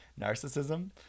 Narcissism